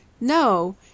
No